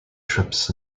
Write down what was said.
trips